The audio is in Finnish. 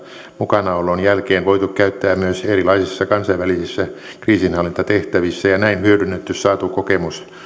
mukanaolon jälkeen voitu käyttää myös erilaisissa kansainvälisissä kriisinhallintatehtävissä ja näin hyödynnetty saatu kokemus